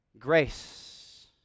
Grace